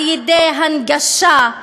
על-ידי הנגשה,